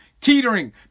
Teetering